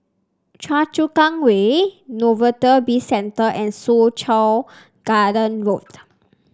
Choa Chu Kang Way Novelty Bizcentre and Soo Chow Garden Road